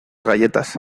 galletas